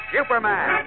Superman